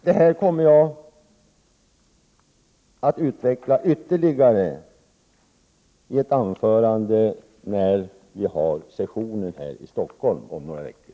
Detta kommer jag att utveckla ytterligare i ett anförande vid Nordiska rådets session i Stockholm om några veckor.